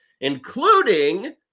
including